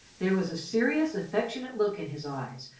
there was a serious, affectionate look in his eyes,